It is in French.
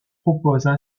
proposent